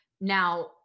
now